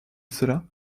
cela